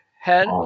head